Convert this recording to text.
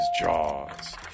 Jaws